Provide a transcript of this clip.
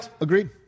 agreed